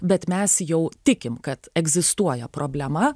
bet mes jau tikim kad egzistuoja problema